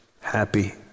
happy